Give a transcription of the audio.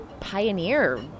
pioneer